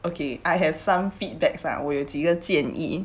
okay I have some feedbacks lah 我有几个建议